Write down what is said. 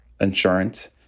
insurance